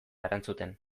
erantzuten